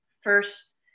first